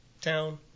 town